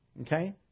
Okay